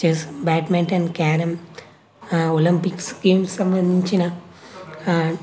chess badminton carrom Olympics games సంబంధించిన